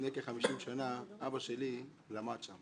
לפני כ-50 שנה אבא שלי למד שם